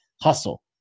hustle